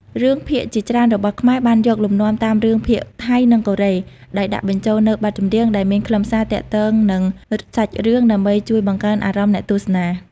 រឿងភាគជាច្រើនរបស់ខ្មែរបានយកលំនាំតាមរឿងភាគថៃ និងកូរ៉េ ដោយដាក់បញ្ចូលនូវបទចម្រៀងដែលមានខ្លឹមសារទាក់ទងនឹងសាច់រឿង ដើម្បីជួយបង្កើនអារម្មណ៍អ្នកទស្សនា។